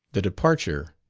the departure,